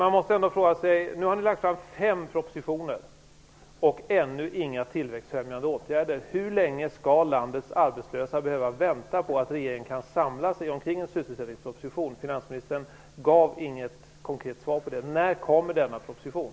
Ni har nu lagt fram fem propositioner och ännu inga tillväxtfrämjande åtgärder, och då måste man fråga sig: Hur länge skall landets arbetslösa behöva vänta på att regeringen kan samla sig kring en sysselsättningsproposition? Finansministern gav inget konkret svar på den frågan. När kommer denna proposition?